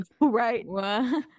right